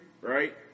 right